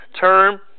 term